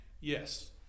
Yes